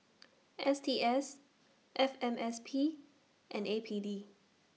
S T S F M S P and A P D